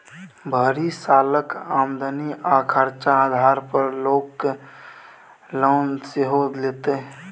भरि सालक आमदनी आ खरचा आधार पर लोक लोन सेहो लैतै